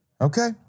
Okay